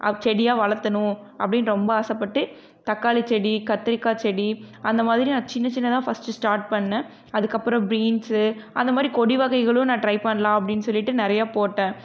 செடியாக வளர்த்துனும் அப்படின்னு ரொம்ப ஆசை பட்டு தக்காளி செடி கத்திரிக்காய் செடி அந்தமாதிரி நான் சின்ன சின்னதாக ஃபஸ்ட்டு ஸ்டாட் பண்ணேன் அதுக்கப்பறம் பீன்ஸ் அந்தமாதிரி கொடி வகைகளும் நான் டிரை பண்ணலாம் அப்படின்னு சொல்லிட்டு நிறையா போட்டேன்